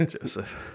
Joseph